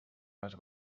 les